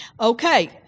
Okay